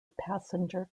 passenger